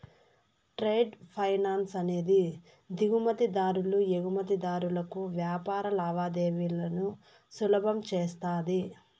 trade finance అనేది దిగుమతి దారులు ఎగుమతిదారులకు వ్యాపార లావాదేవీలను సులభం చేస్తది